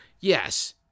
yes